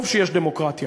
טוב שיש דמוקרטיה,